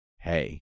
hey